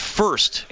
first